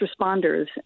responders